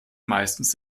meistens